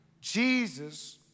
Jesus